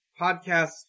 podcast